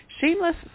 shameless